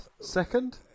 second